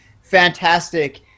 fantastic